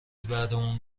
بعدمون